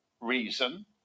reason